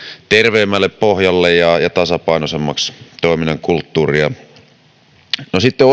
terveemmälle pohjalle ja ja tasapainoisemmaksi toiminnan kulttuuria sitten